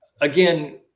again